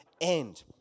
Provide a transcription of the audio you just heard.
end